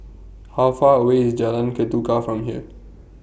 How Far away IS Jalan Ketuka from here